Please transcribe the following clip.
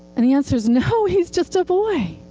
and the answer is no, he's just a boy.